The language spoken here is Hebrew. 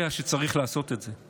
ואתה יודע שצריך לעשות את זה.